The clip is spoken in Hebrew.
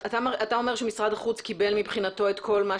אתה אומר שמשרד החוץ קיבל מבחינתו את כל מה